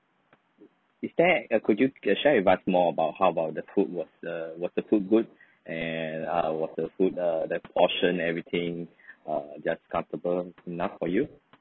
is there uh could you uh share with us more about how about the food was the was the food good and uh was the food uh the portion everything uh just comfortable enough for you